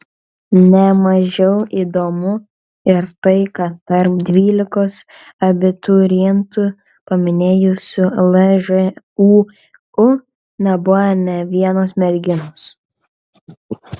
ne mažiau įdomu ir tai kad tarp dvylikos abiturientų paminėjusių lžūu nebuvo nė vienos merginos